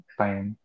time